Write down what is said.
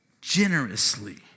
generously